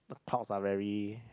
clouds are very